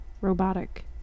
robotic